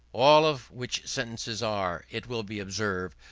all of which sentences are, it will be observed,